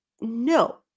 no